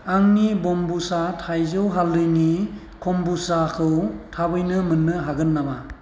आंनि ब'म्बुचा थाइजौ हालदैनि क'म्बुचाखौ थाबैनो मोननो हागोन नामा